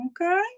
Okay